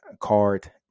card